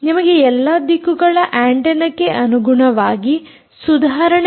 ನಿಮಗೆ ಎಲ್ಲಾ ದಿಕ್ಕುಗಳ ಆಂಟೆನ್ನಕ್ಕೆ ಅನುಗುಣವಾಗಿ ಸುಧಾರಣೆ ಲಭಿಸಿದೆ